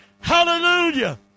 Hallelujah